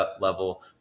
level